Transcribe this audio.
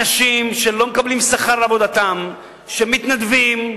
אנשים שלא מקבלים שכר על עבודתם, שמתנדבים,